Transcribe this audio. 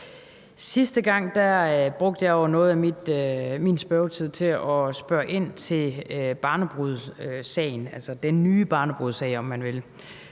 Sidste gang brugte jeg jo noget af min spørgetid til at spørge ind til barnebrudssagen, altså den nye barnebrudssag,